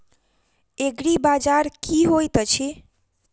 एग्रीबाजार की होइत अछि?